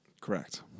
correct